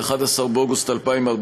11 באוגוסט 2014,